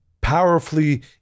powerfully